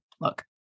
look